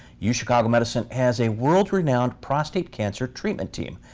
yeah uchicago medicine has a world renowned prostate cancer treatment team,